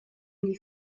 les